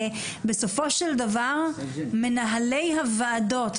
בסופו של דבר מנהלי הוועדות,